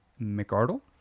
Mcardle